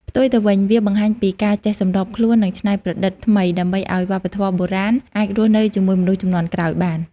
ផ្ទុយទៅវិញ វាបង្ហាញពីការចេះសម្របខ្លួន និងច្នៃប្រឌិតថ្មី ដើម្បីឲ្យវប្បធម៌បុរាណអាចរស់នៅជាមួយមនុស្សជំនាន់ក្រោយបាន។